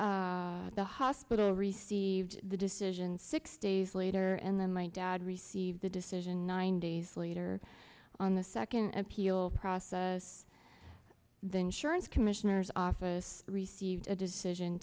process the hospital received the decision six days later and then my dad received a decision nine days later on the second appeal process then surance commissioner's office received a decision